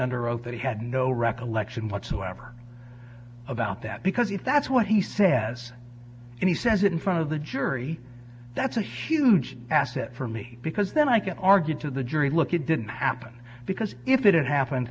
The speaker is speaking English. under oath that he had no recollection whatsoever about that because if that's what he says and he says it in front of the jury that's a huge asset for me because then i can argue to the jury look at didn't happen because if it happened